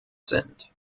sind